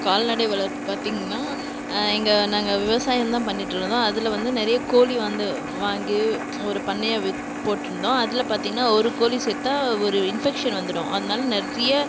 கால்நடை வளர்ப்பு பார்த்தீங்கன்னா இங்கே நாங்கள் விவசாயம் தான் பண்ணிகிட்டு இருந்தோம் அதில் வந்து நிறைய கோழி வந்து வாங்கி ஒரு பண்ணையே வச் போட்டுருந்தோம் அதில் பார்த்தினா ஒரு கோழி செத்தால் ஒரு இன்ஃபெக்ஷன் வந்துடும் அதனால நிறைய